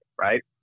right